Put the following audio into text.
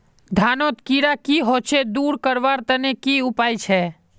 धानोत कीड़ा की होचे दूर करवार तने की उपाय छे?